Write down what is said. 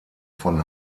von